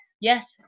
Yes